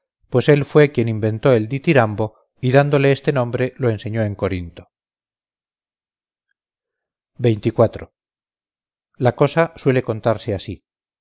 pues él fue quien inventó el dityrambo y dándole este nombre lo enseñó en corinto la cosa suele contarse así